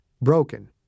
broken